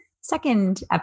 second